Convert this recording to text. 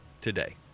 today